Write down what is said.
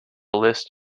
list